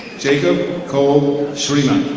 jacob cole shreena.